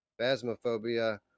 Phasmophobia